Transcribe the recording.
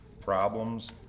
problems